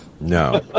No